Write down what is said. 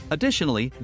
Additionally